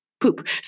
poop